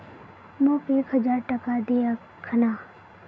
मोक एक हजार टका दे अखना